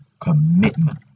commitment